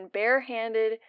barehanded